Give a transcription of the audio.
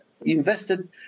invested